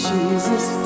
Jesus